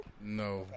No